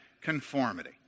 conformity